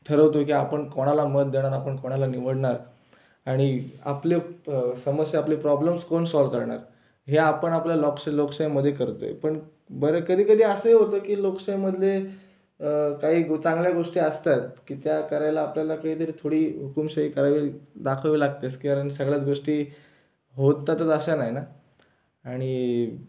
ठरवतो की आपण कोणाला मत देणार आपण कोणाला निवडणार आणि आपल्या प समस्या आपले प्रॉब्लेमस् कोण सॉल्व करणार हे आपण आपल्या लोकश् लोकशाहीमध्ये करत आहे पण बरं कधी कधी असंही होतं की लोकशाहीमधले काही ग चांगल्या गोष्टी असतात की त्या करायला आपल्याला कधी तरी थोडी हुकुमशाही करावी दाखवावी लागतेच कारण सगळ्याच गोष्टी होतातच अशा नाही ना आणि